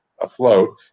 afloat